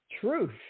truth